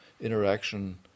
interaction